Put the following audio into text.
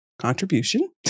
contribution